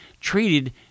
treated